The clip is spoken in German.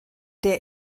der